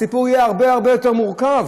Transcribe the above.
הסיפור יהיה הרבה הרבה יותר מורכב.